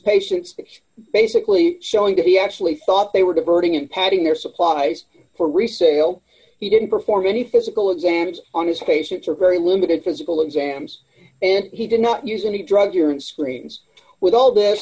because basically showing that he actually thought they were diverting him patting their supplies for resale he didn't perform any physical advantage on his patients or very limited physical exams and he did not use any drug urine screens with all this